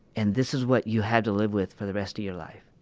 and this is what you have to live with for the rest of your life